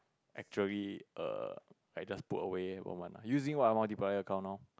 actually err I just put away one month lah using my multiplier account now